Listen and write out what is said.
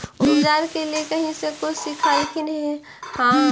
उपचार के लीये कहीं से कुछ सिखलखिन हा?